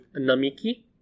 Namiki